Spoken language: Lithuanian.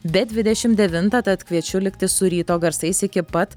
be dvidešimt devintą tad kviečiu likti su ryto garsais iki pat